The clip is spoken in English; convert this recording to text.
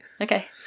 Okay